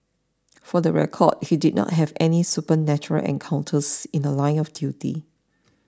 for the record he did not have any supernatural encounters in The Line of duty